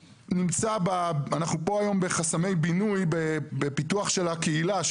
אנחנו פה היום בחסמי בינוי בפיתוח של הקהילה,